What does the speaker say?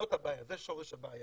זאת הבעיה, זה שורש הבעיה.